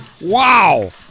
wow